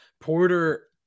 Porter